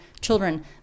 children